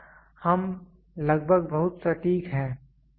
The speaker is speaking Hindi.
यहां यह लगभग बहुत सटीक है